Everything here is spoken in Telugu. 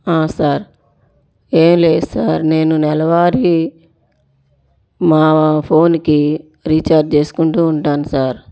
హ సర్ ఏం లేదు సర్ నేను నెలవారి మా ఫోన్కి రిచార్జ్ చేసుకుంటూ ఉంటాను సర్